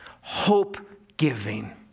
hope-giving